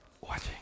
watching